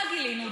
מה גילינו,